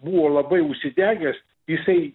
buvo labai užsidegęs jisai